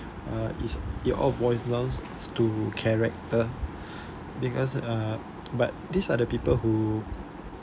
uh it all boils downs s~ to character because uh but these are the people who